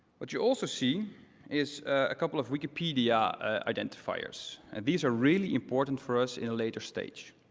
what you also see is a couple of wikipedia identifiers, and these are really important for us in a later stage.